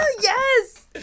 yes